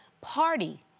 party